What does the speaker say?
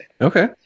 okay